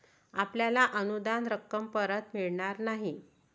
आपल्याला अनुदान रक्कम परत मिळणार नाही